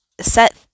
set